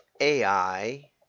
AI